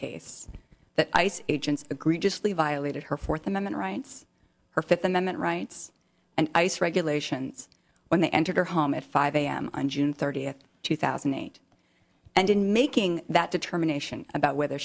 case that ice agents agree just leave violated her fourth amendment rights her fifth amendment rights and ice regulations when they enter her home at five am on june thirtieth two thousand and eight and in making that determination about whether